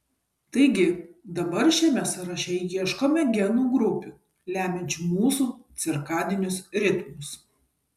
taigi dabar šiame sąraše ieškome genų grupių lemiančių mūsų cirkadinius ritmus